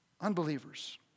Unbelievers